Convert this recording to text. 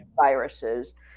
viruses